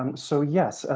um so yes. ah